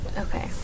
Okay